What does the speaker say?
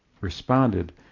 responded